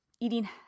eating